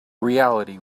reality